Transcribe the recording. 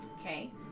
Okay